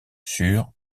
sur